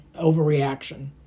overreaction